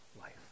life